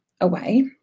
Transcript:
away